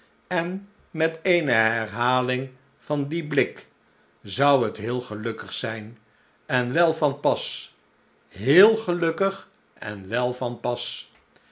en met eene herhaling van dien blik zou het heel gelukkig zijn en wel van pas heel gelukkig en wel van pas